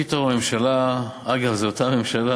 פתאום הממשלה, אגב, זו אותה הממשלה,